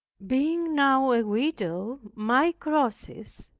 being now a widow, my crosses,